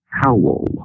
howl